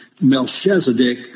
Melchizedek